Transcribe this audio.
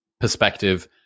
perspective